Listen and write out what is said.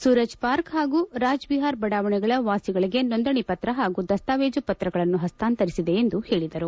Suraj park ಹಾಗೂ ರಾಜಾವಿಹಾರ್ ಬಡಾವಣೆಗಳ ವಾಸಿಗಳಿಗೆ ನೋಂದಣಿ ಪತ್ರ ಹಾಗೂ ದಸ್ತಾವೇಜು ಪತ್ರಗಳನ್ನು ಹಸ್ತಾಂತರಿಸಿದೆ ಎಂದು ಹೇಳಿದರು